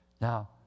Now